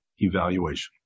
Evaluation